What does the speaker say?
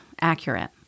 accurate